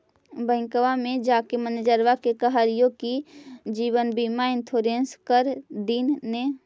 बैंकवा मे जाके मैनेजरवा के कहलिऐ कि जिवनबिमा इंश्योरेंस कर दिन ने?